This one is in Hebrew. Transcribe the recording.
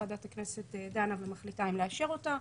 וועדת הכנסת דנה ומחליטה אם לאשר אותה.